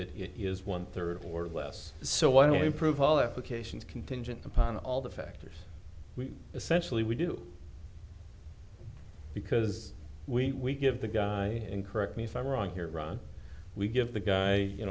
he is one third or less so why don't we improve all applications contingent upon all the factors we essentially we do because we give the guy and correct me if i'm wrong here run we give the guy you